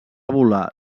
volar